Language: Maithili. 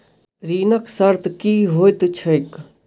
ऋणक शर्त की होइत छैक?